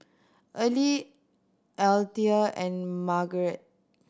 Earlie Althea and Margeret